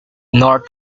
north